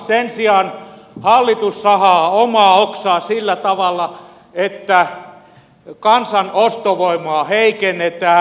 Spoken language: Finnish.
sen sijaan hallitus sahaa omaa oksaa sillä tavalla että kansan ostovoimaa heikennetään